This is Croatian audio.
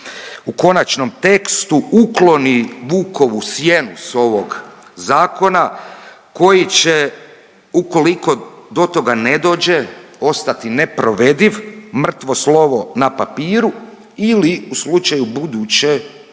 u konačnom tekstu ukloni Vukovu sjenu s ovog zakona koji će ukoliko do toga ne dođe ostati neprovediv, mrtvo slovo na papiru ili u slučaju buduće